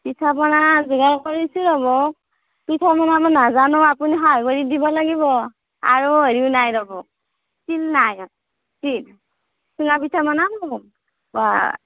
পিঠা পনা যোগাৰ কৰিছোঁ ৰ'বক পিঠা পনা মই নাজানো আপুনি সহায় কৰি দিব লাগিব আৰু হেৰিও নাই ৰ'বক তিল নাই তিল চুঙা পিঠা বনাম